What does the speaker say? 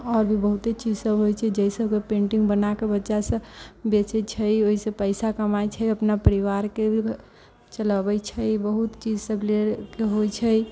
आओर भी बहुते चीजसभ होइ छै जाहिसँ ओकर पेंटिंग बनाके बच्चासभ बेचैत छै ओहिसँ पैसा कमाइत छै अपना परिवारके भी चलबैत छै ई बहुत चीजसभ लेल के होइत छै